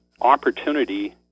opportunity